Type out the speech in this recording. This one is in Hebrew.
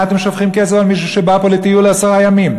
מה אתם שופכים כסף על מישהו שבא פה לטיול לעשרה ימים?